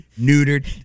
neutered